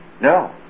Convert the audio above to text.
No